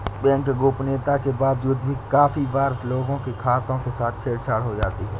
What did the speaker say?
banking गोपनीयता के बावजूद भी काफी बार लोगों के खातों के साथ छेड़ छाड़ हो जाती है